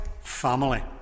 family